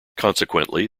consequently